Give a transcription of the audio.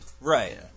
Right